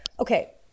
Okay